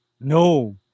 No